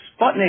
Sputnik